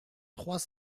trois